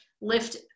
lift